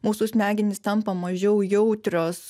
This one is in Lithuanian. mūsų smegenys tampa mažiau jautrios